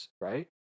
right